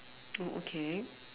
oh okay